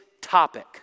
topic